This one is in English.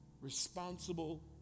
responsible